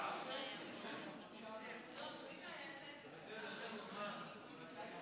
הכללי לסייע במאמץ הלאומי לצמצום התפשטות נגיף